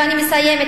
ואני מסיימת,